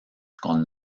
con